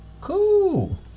cool